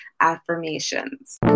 affirmations